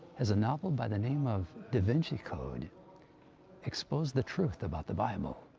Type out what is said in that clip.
has a novel by the name of da vinci code exposed the truth about the bible?